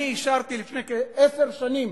אני אישרתי לפני כעשר שנים